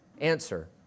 Answer